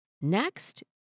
Next